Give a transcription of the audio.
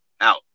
Out